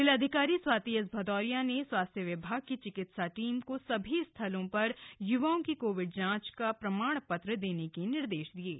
जिलाधिकारी स्वाति एस भदौरिया ने स्वास्थ्य विभाग की चिकित्सा टीम को सभी स्थलों पर युवाओं की कोविड जांच कर प्रमाण पत्र देने के निर्देश दिए हैं